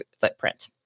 footprint